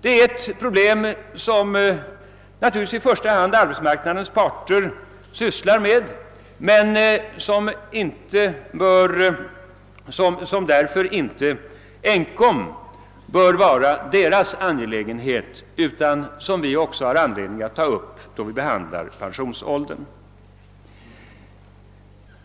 Det är ett problem som naturligtvis i första hand arbetsmarknadens parter sysslar med men som därför inte bör vara enbart deras angelägenhet. Vi har också anledning att ta upp problemet på den politiska sidan då vi behandlar frågan om pensionsåldern.